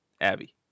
Abby